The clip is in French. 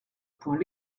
point